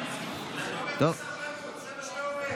אתה מעודד סרבנות, זה מה שאתה אומר.